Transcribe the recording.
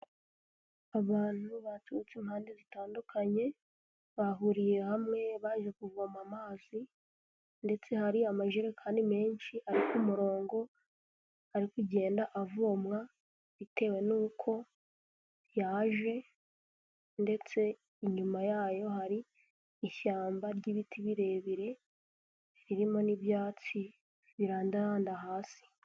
Abantu baturutse impande zitandukanye, bahuriye hamwe baje kuvoma amazi, ndetse hari amajerekani menshi ariko ku murongo, ari kugenda avomwa bitewe n'uko yaje, ndetse inyuma yayo hari ishyamba ry'ibiti birebire, ririmo n'ibyatsi birandaranda hasi.